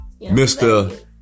Mr